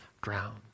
ground